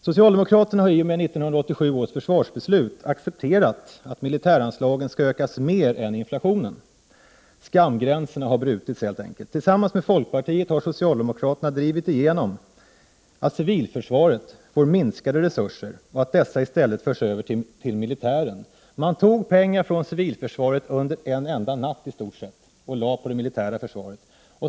Socialdemokraterna har i och med 1987 års försvarsbeslut accepterat att militäranslagen skall ökas mer än inflationen. Skamgränserna har helt enkelt brutits. Tillsammans med folkpartiet har socialdemokraterna drivit igenom att civilförsvaret får minskade resurser och att dessa i stället förs över till militären. Man tog pengar från civilförsvaret under i stort sett en enda natt och gav dem till det militära försvaret.